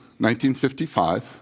1955